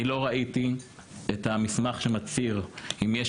אני לא ראיתי את המסמך שמצהיר אם יש